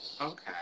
Okay